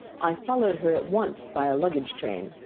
i followed her at once by a luggage train.